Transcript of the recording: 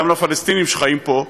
גם לפלסטינים שחיים פה,